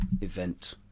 event